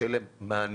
שיהיה להם מענה